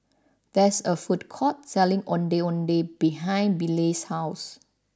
there is a food court selling Ondeh Ondeh behind Bilal's house